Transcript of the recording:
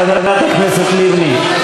חברת הכנסת לבני,